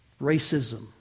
racism